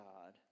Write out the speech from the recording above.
God